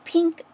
Pink